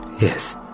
Yes